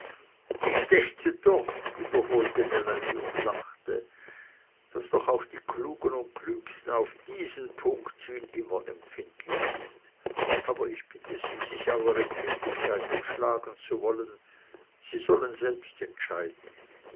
ich dächte doch wiederholte melanie und lachte daß doch auch die klugen und klügsten auf diesen punkt hin immer empfindlich sind aber ich bitte sie sich aller empfindlichkeiten entschlagen zu wollen sie sollen selbst entscheiden